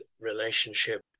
relationship